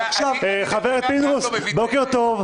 --- חבר הכנסת פינדרוס, בוקר טוב.